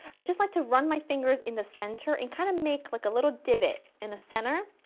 i just like to run my fingers in the center and kind of make like a little divot in the center.